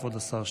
כבוד השר.